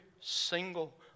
single